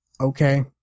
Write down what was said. Okay